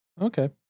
Okay